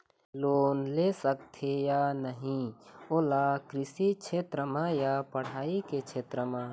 Loan ले सकथे या नहीं ओला कृषि क्षेत्र मा या पढ़ई के क्षेत्र मा?